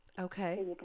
Okay